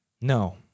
No